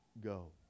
go